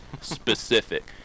specific